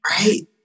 Right